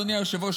אדוני היושב-ראש,